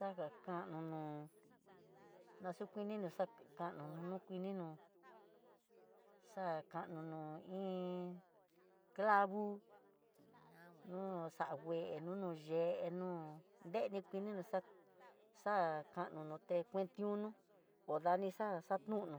Xaga kano nó naxukuini no xakano nokuini nó akano no iin clavo, no akué nonoyé, no deni kuini no xa kano noté kuentiuno o daxaxa xadnunu,